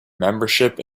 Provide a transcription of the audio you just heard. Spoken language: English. membership